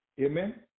Amen